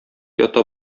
ята